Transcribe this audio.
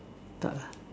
tak lah